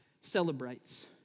celebrates